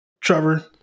Trevor